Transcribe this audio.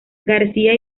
garcía